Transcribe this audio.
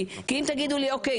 כי אם תגידו לי אוקיי,